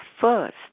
first